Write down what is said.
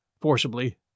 forcibly